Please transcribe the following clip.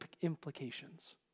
implications